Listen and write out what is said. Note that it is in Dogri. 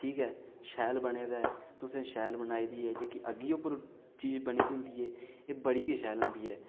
ठीक ऐ शैल बने दा ऐ तुसें शैल बनाई दी ऐ जेह्की अग्गी उप्पर चीज़ बनी दी होंदी ऐ बड्डी गे शैल होंदी ऐ